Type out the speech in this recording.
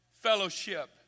fellowship